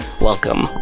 Welcome